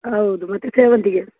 ಹೌದು ಮತ್ತು ಸೇವಂತಿಗೆ